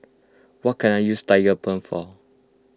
what can I use Tigerbalm for